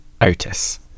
Otis